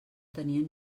tenien